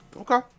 Okay